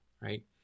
right